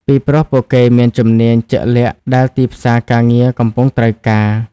ពីព្រោះពួកគេមានជំនាញជាក់លាក់ដែលទីផ្សារការងារកំពុងត្រូវការ។